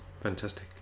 Fantastic